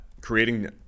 creating